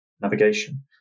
navigation